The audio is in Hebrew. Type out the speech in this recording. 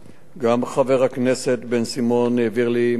גם חבר הכנסת בן-סימון העביר לי מסמך בנדון.